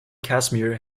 casimir